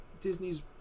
disney's